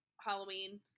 Halloween-